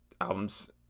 albums